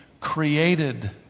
created